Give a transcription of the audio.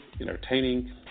entertaining